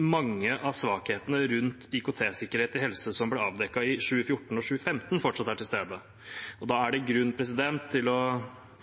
mange av svakhetene rundt IKT-sikkerhet i helse som ble avdekket i 2014 og 2015, fortsatt er til stede. Da er det grunn til å